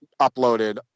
uploaded